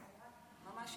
היא יכולה המשך.